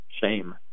Shame